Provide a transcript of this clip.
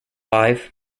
alive